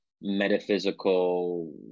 metaphysical